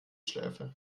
schläfe